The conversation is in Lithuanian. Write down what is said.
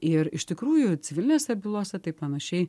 ir iš tikrųjų civilinėse bylose taip panašiai